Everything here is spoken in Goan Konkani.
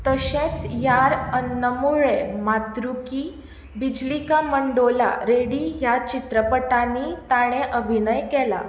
तशेंच यार अन्नमुळ्ळे मातरू की बिजली का मंडोला रेडी ह्या चित्रपटांनीय ताणे अभिनय केला